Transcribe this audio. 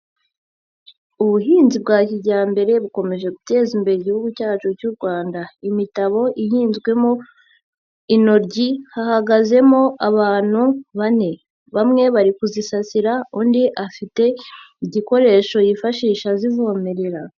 Ubuhinzi bwa kijyambere bukomeje guteza imbere igihugu cyacu cy'u Rwanda. Imitabo ihinzwemo intoryi hahagazemo abantu bane. Bamwe bari kuzisasira undi afite igikoresho yifashisha azivomerera.